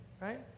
Right